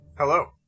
Hello